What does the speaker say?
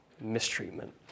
mistreatment